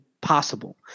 possible